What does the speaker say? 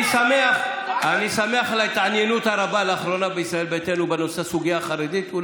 אני שמח על ההתעניינות הרבה לאחרונה בישראל ביתנו בסוגיה החרדית.